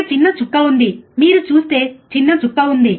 ఒక చిన్న చుక్క ఉంది మీరు చూసే చిన్న చుక్క ఉంది